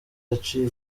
yaciye